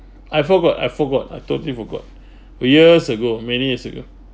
I forgot I forgot I totally forgot !oi! years ago many years ago